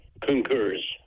concurs